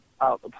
out